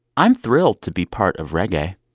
i'm thrilled to be part of reggae.